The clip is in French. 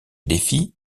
défient